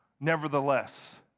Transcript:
Nevertheless